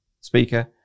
speaker